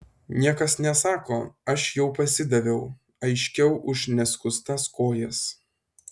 niekas nesako aš jau pasidaviau aiškiau už neskustas kojas